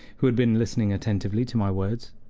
who had been listening attentively to my words.